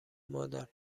مادر